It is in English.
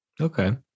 Okay